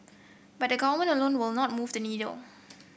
but government alone will not move the needle